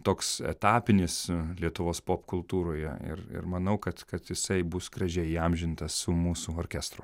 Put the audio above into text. toks etapinis lietuvos popkultūroje ir ir manau kad kad jisai bus gražiai įamžintas su mūsų orkestru